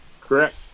Correct